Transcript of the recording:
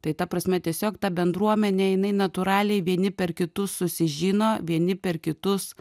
tai ta prasme tiesiog ta bendruomenė jinai natūraliai vieni per kitus susižino vieni per kitus